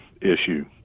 issue